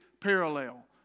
parallel